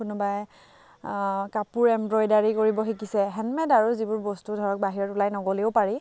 কোনোবাই কাপোৰ এমব্ৰইডাৰি কৰিব শিকিছে হেণ্ডমেড আৰু যিবোৰ বস্তু ধৰক আৰু বাহিৰত ওলাই নগ'লেও পাৰি